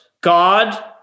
God